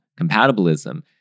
compatibilism